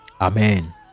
Amen